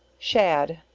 shad,